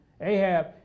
Ahab